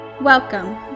Welcome